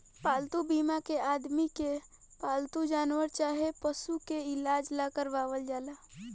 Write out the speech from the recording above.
पालतू बीमा के आदमी के पालतू जानवर चाहे पशु के इलाज ला करावल जाला